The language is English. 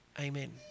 Amen